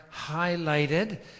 highlighted